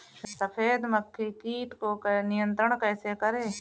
सफेद मक्खी कीट को नियंत्रण कैसे करें?